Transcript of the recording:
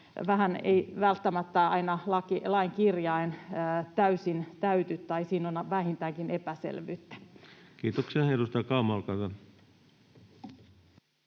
vaikka välttämättä ei aina lain kirjain täysin täyty tai siinä on vähintäänkin epäselvyyttä. Kiitoksia. — Edustaja Kauma, olkaa hyvä.